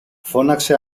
φώναξε